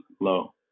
low